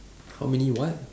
how many what